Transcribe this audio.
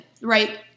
right